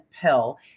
pill